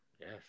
Yes